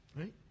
Right